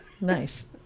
Nice